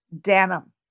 denim